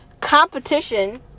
Competition